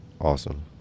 Awesome